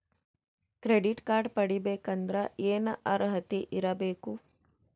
Credit card ಪಡಿಬೇಕಂದರ ಏನ ಅರ್ಹತಿ ಇರಬೇಕು?